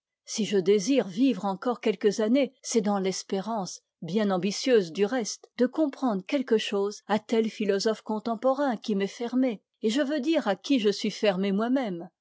si je désire vivre encore quelques années c'est dans l'espérance bien ambitieuse du reste de comprendre quelque chose à tel philosophe contemporain qui m'est fermé et je veux dire à qui je suis fermé moi-même